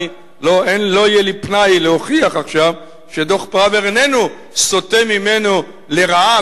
לא יהיה לי פנאי להוכיח עכשיו שדוח-פראוור איננו סוטה ממנו לרעה,